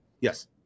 Yes